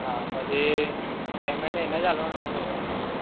હા પછી પેમેન્ટ એને જ આપવાનું છે ઓનલાઈન